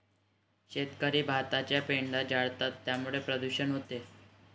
शेतकरी भाताचा पेंढा जाळतात त्यामुळे प्रदूषण होते